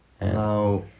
now